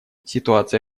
ситуация